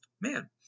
man